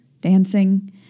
dancing